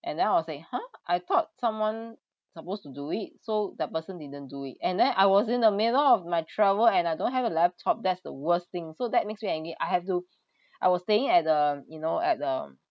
and then I was like !huh! I thought someone supposed to do it so that person didn't do it and then I was in the middle of my travel and I don't have a laptop that's the worst thing so that makes me angry I have to I was staying at the you know at the